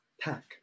Pack